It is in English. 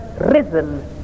risen